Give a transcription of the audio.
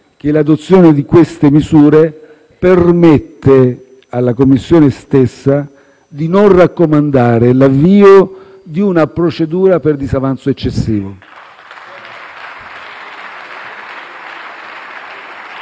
che l'adozione di queste misure permette alla Commissione stessa di non raccomandare l'avvio di una procedura per disavanzo eccessivo.